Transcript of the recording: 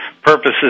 purposes